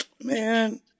man